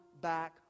back